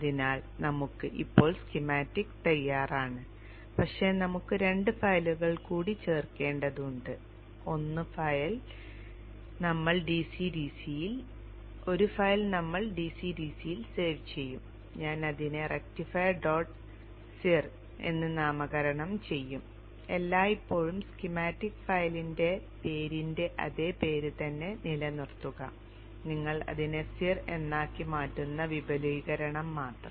അതിനാൽ ഞങ്ങൾക്ക് ഇപ്പോൾ സ്കീമാറ്റിക് തയ്യാറാണ് പക്ഷേ നമുക്ക് 2 ഫയലുകൾ കൂടി ചേർക്കേണ്ടതുണ്ട് 1 ഫയൽ ഞങ്ങൾ DC DC യിൽ സേവ് ചെയ്യും ഞാൻ അതിനെ rectifier dot cir എന്ന് നാമകരണം ചെയ്യും എല്ലായ്പ്പോഴും സ്കീമാറ്റിക് ഫയലിന്റെ പേരിന്റെ അതേ പേര് തന്നെ നിലനിർത്തുക നിങ്ങൾ അതിനെ cir എന്നാക്കി മാറ്റുന്ന വിപുലീകരണം മാത്രം